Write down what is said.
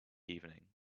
evening